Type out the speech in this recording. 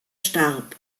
starb